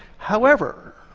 however,